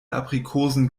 aprikosen